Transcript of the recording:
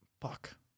Fuck